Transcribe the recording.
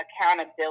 accountability